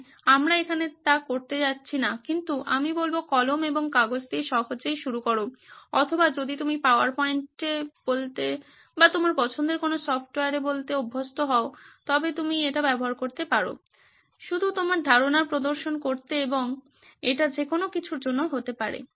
তাই আমরা এখানে তা করতে যাচ্ছি না কিন্তু আমি বলবো কলম এবং কাগজ দিয়ে সহজেই শুরু করো অথবা যদি তুমি পাওয়ারপয়েন্টে বলতে বা তোমার পছন্দের কোনো সফটওয়্যারে বলতে অভ্যস্ত হও তবে তুমি এটি ব্যবহার করতে পারো শুধু তোমার ধারণার প্রদর্শন করতে এবং এটি যে কোন কিছুর জন্য হতে পারে